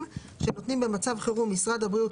שנותנים במצב חירום משרד הבריאות,